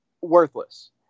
worthless